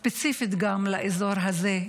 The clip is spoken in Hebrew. ספציפית גם לאזור הזה,